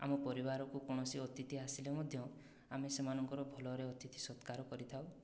ଆମ ପରିବାରକୁ କୌଣସି ଅତିଥି ଆସିଲେ ମଧ୍ୟ ଆମେ ସେମାନଙ୍କର ଭଲରେ ଅତିଥି ସତ୍କାର କରିଥାଉ